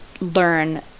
learn